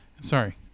sorry